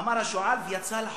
אמר השועל, ויצא לחופש.